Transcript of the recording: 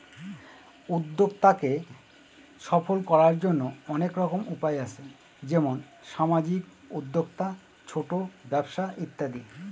উদ্যক্তাকে সফল করার জন্য অনেক রকম উপায় আছে যেমন সামাজিক উদ্যোক্তা, ছোট ব্যবসা ইত্যাদি